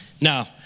Now